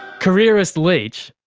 careerist leech?